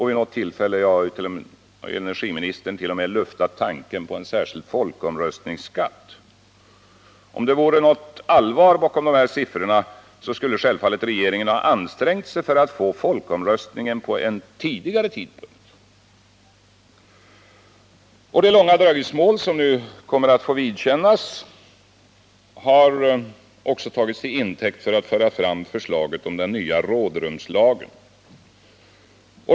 Vid något tillfälle har energiministern t.o.m. luftat tanken på en särskild folkomröstningsskatt. Om det vore något allvar bakom de siffrorna, skulle regeringen självfallet ha ansträngt sig för att få folkomröstningen vid en tidigare tidpunkt. Det långa dröjsmål som vi nu kommer att få vidkännas har också tagits till intäkt för att föra fram förslaget om den nya rådrumslagen.